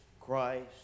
Christ